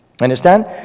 Understand